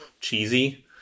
cheesy